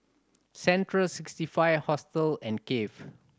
Central Sixty Five Hostel and Cafe